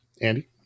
Andy